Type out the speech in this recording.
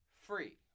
free